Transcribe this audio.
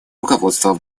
руководство